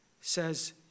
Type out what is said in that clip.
says